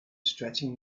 stretching